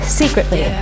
secretly